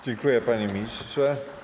Dziękuję, panie ministrze.